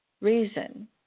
reason